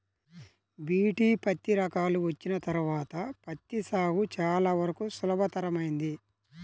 BT పత్తి రకాలు వచ్చిన తర్వాత పత్తి సాగు చాలా వరకు సులభతరమైంది